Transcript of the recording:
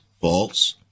False